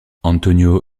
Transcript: antonio